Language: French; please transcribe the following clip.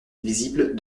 visible